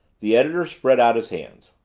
the editor spread out his hands.